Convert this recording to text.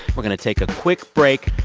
we're going to take a quick break.